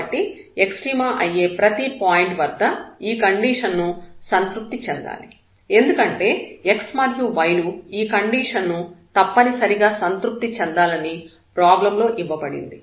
కాబట్టి ఎక్స్ట్రీమ అయ్యే ప్రతి పాయింట్ వద్ద ఈ కండిషన్ సంతృప్తి చెందాలి ఎందుకంటే x మరియు y లు ఈ కండిషన్ ను తప్పనిసరిగా సంతృప్తి చెందాలని ప్రాబ్లం లో ఇవ్వబడినది